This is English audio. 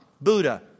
Buddha